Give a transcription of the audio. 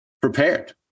prepared